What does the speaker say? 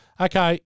Okay